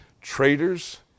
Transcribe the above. Traitors